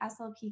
slp